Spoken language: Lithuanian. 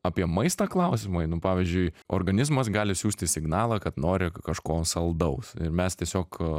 apie maistą klausimai nu pavyzdžiui organizmas gali siųsti signalą kad nori kažko saldaus ir mes tiesiog